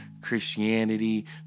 Christianity